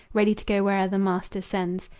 ready to go where'er the master sends,